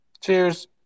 Cheers